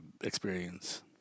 experience